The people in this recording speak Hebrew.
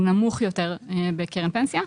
הוא נמוך יותר בקרן פנסיה.